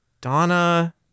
Donna